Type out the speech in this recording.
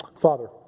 Father